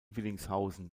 willingshausen